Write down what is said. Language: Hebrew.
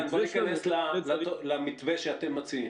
מידן, בוא ניכנס למתווה שאתם מציעים.